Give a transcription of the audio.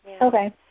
Okay